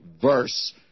verse